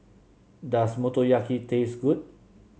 does Motoyaki taste good